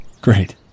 Great